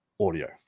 audio